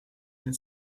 and